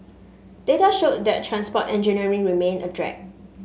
data showed that transport engineering remained a drag